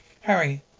Harry